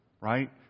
right